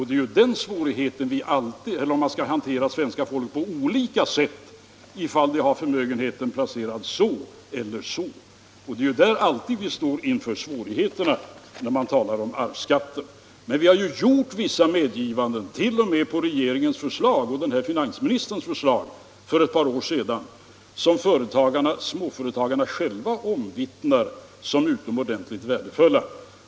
Det är på den punkten vi står inför svårigheter när vi talar om arvsskatten. Men vi har för ett par år sedan gjort vissa medgivanden — t.o.m. på regeringens och mitt förslag —- som småföretagarna själva omvittnar som utomordentligt värdefulla.